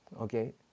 okay